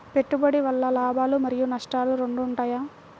పెట్టుబడి వల్ల లాభాలు మరియు నష్టాలు రెండు ఉంటాయా?